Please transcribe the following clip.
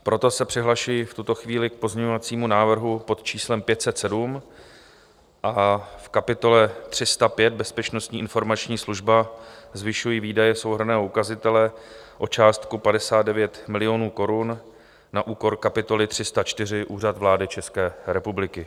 Proto se přihlašuji v této chvíli k pozměňovacímu návrhu pod číslem 507 a v kapitole 305 Bezpečnostní informační služba zvyšuji výdaje souhrnného ukazatele o částku 59 milionů korun na úkor kapitoly 304 Úřad vlády České republiky.